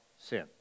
sin